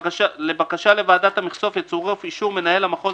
לבקשה לוועדת המכסות יצורף אישור מנהל המחוז